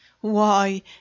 Why